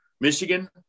Michigan